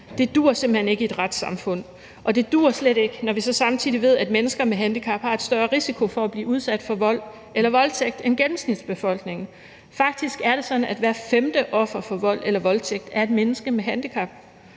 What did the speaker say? Det duer simpelt hen ikke i et retssamfund. Og det duer slet ikke, når vi samtidig ved, at mennesker med handicap har en større risiko for at blive udsat for vold eller voldtægt end gennemsnittet af befolkningen. Faktisk er det sådan, at hvert femte offer for vold eller voldtægt er et menneske med handicap.